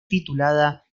titulada